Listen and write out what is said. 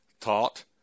taught